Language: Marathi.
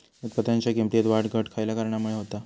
उत्पादनाच्या किमतीत वाढ घट खयल्या कारणामुळे होता?